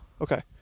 Okay